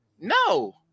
No